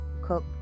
cook